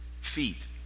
feet